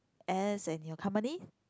as and your company